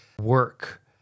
work